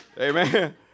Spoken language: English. Amen